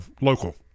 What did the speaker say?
local